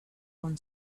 own